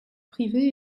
privée